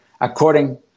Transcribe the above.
According